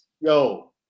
Yo